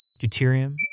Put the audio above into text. deuterium